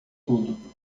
tudo